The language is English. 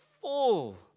full